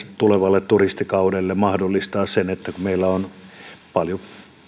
tulevalle turistikaudelle mahdollistaa sen että kun meillä on paljon